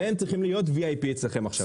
הם צריכים להיות וי.איי.פי אצלכם עכשיו.